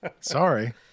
Sorry